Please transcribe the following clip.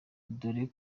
dore